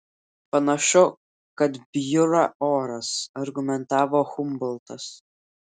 panašu kad bjūra oras argumentavo humboltas